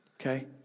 Okay